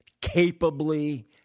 capably